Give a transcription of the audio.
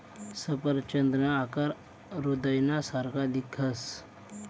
सफरचंदना आकार हृदयना सारखा दिखस